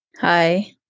Hi